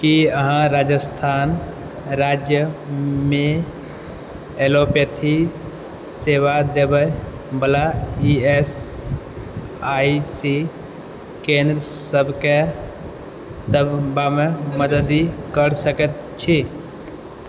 की अहाँ राजस्थान राज्यमे एलोपैथी सेवा दइवला ई एस आइ सी केन्द्र सबके तकबामे मदति कऽ सकै छी